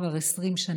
כבר 20 שנה.